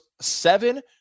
seven